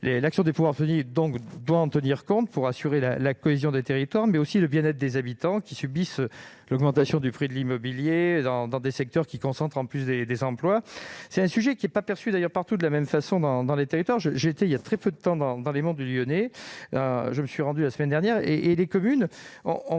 L'action des pouvoirs publics doit en tenir compte pour assurer la cohésion des territoires, mais aussi le bien-être des habitants qui subissent l'augmentation du prix de l'immobilier dans des secteurs concentrant, en plus, des emplois. Ce sujet n'est d'ailleurs pas perçu partout de la même façon dans les territoires. Je me suis rendu il y a très peu de temps dans les monts du Lyonnais pour labelliser des « petites villes de